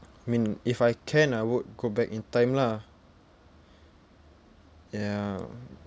I mean if I can I would go back in time lah ya